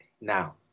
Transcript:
now